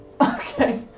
Okay